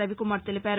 రవికుమార్ తెలిపారు